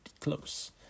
close